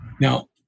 Now